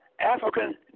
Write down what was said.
African